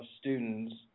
students